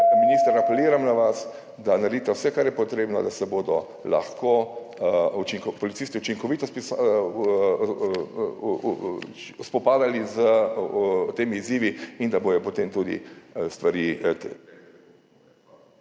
minister, apeliram na vas, da naredite vse, kar je potrebno, da se bodo lahko policisti učinkovito spopadali s temi izzivi in da bodo potem tudi stvari ...